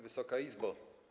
Wysoka Izbo!